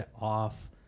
off